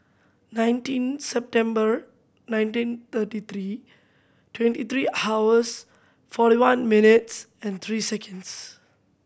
nineteen September nineteen thirty three twenty three hours four one minutes and three seconds